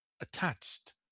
attached